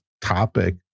topic